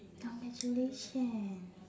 congratulations